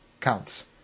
counts